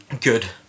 good